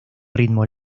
ritmo